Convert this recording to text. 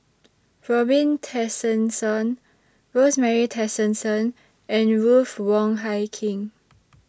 Robin Tessensohn Rosemary Tessensohn and Ruth Wong Hie King